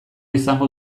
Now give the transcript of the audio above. izango